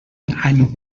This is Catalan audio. any